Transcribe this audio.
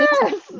Yes